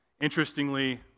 Interestingly